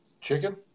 Chicken